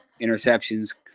interceptions